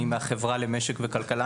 אני מהחברה למשק וכלכלה,